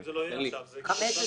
אם זה לא יהיה עכשיו זה יהיה בעוד שנה.